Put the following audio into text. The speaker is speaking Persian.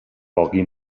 باقی